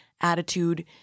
attitude